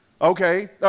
Okay